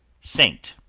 saint,